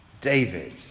David